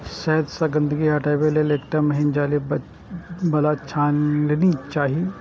शहद सं गंदगी हटाबै लेल एकटा महीन जाली बला छलनी चाही